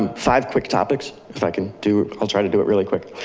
um five quick topics, if i can do i'll try to do it really quick.